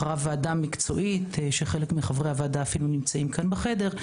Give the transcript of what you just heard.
אחרי ועדה מקצועית שחלק מחברי הוועדה אפילו נמצאים כאן בחדר.